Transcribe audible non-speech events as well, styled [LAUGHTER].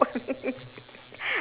[LAUGHS]